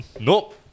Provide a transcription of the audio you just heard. nope